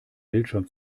bildschirm